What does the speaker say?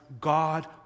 God